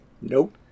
Nope